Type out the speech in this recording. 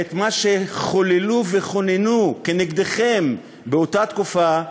את מה שחוללו וכוננו נגדכם באותה תקופה,